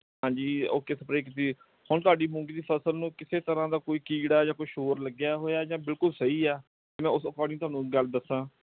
ਹਾਂਜੀ okay spray ਕੀਤੀ ਹੁਣ ਤੁਹਾਡੀ ਮੂੰਗੀ ਦੀ ਫ਼ਸਲ ਨੂੰ ਕਿਸੇ ਤਰ੍ਹਾਂ ਦਾ ਕੋਈ ਕੀੜਾ ਜਾਂ ਕੁਛ ਹੋਰ ਲੱਗਿਆ ਹੋਇਆ ਜਾਂ ਬਿਲਕੁਲ ਸਹੀ ਆ ਮੈਂ ਉਸ ਅਕੌਰਡਿੰਗ ਤੁਹਾਨੂੰ ਗੱਲ ਦੱਸਾਂ